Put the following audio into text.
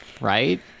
right